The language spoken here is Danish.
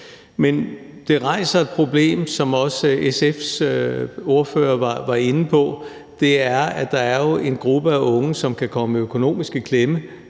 Men det rejser et problem, som også SF's ordfører var inde på, og det er, at der jo er en gruppe af unge, som kan komme i økonomisk klemme